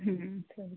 ಸರಿ